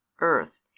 earth